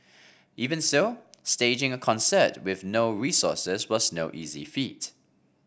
even so staging a concert with no resources was no easy feat